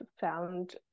found